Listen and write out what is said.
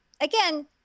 again